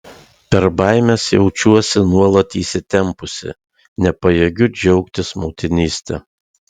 per baimes jaučiuosi nuolat įsitempusi nepajėgiu džiaugtis motinyste